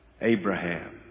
Abraham